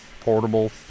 portable